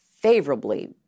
favorably